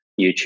YouTube